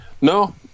No